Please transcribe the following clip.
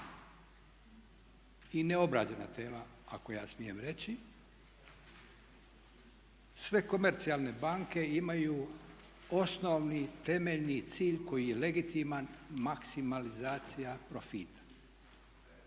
i neobrađena tema ako ja smijem reći. Sve komercijalne banke imaju osnovni temeljni cilj koji je legitiman maksimalizacija profita.